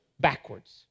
backwards